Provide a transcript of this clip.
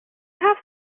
have